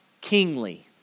kingly